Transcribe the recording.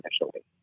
initially